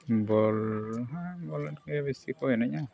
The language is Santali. ᱵᱚᱞ ᱦᱮᱸ ᱵᱚᱞ ᱮᱱᱮᱡᱜᱮ ᱵᱮᱥᱤ ᱠᱚ ᱮᱱᱮᱡᱟ